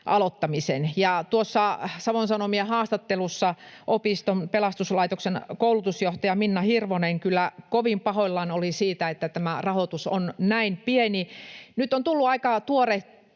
aloittamisen. Savon Sanomien haastattelussa Pelastusopiston koulutusjohtaja Minna Hirvonen kyllä kovin pahoillaan oli siitä, että tämä rahoitus on näin pieni. Nyt on tullut aika tuore